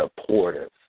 supportive